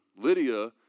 Lydia